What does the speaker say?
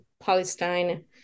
Palestine